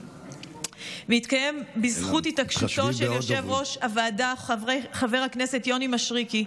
והתקיים בזכות התעקשותו של יושב-ראש הוועדה חבר הכנסת יונתן מישרקי,